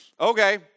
Okay